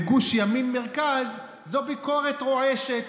לגוש ימין-מרכז, זו ביקורת רועשת,